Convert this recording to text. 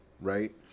Right